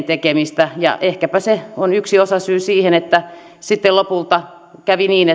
tekemistä ja ehkäpä se on yksi osasyy siihen että sitten lopulta kävi niin